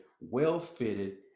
well-fitted